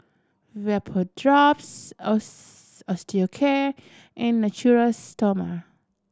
Vapodrops Osteocare and Natural Stoma